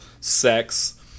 sex